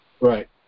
Right